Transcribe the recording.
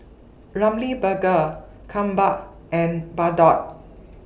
Ramly Burger Kappa and Bardot